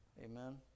Amen